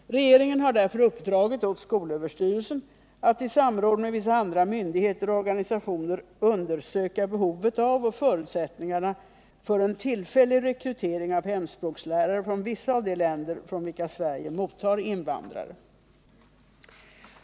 Regeringen har därför uppdragit åt skolöverstyrelsen att i samråd med vissa andra myndigheter och organisationer undersöka behovet av och förutsättningarna för en tillfällig rekrytering av hemspråkslärare från vissa av de länder från vilka Sverige mottar invandrare.